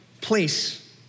place